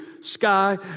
sky